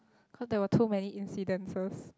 because there were too many incidences